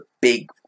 big